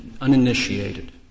uninitiated